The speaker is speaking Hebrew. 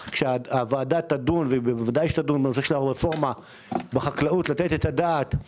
כשהוועדה תדון בנושא הרפורמה בחקלאות יהיה מקום לתת את הדעת לכך